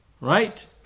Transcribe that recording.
Right